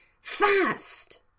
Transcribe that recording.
FAST